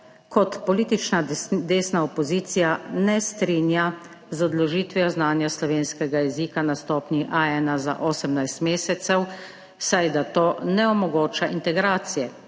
kot politična desna opozicija ne strinja z odložitvijo znanja slovenskega jezika na stopnji A1 za 18 mesecev, saj da to ne omogoča integracije,